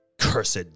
cursed